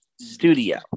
studio